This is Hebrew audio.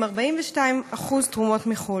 עם 42% תרומות מחו"ל.